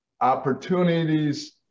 opportunities